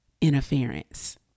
interference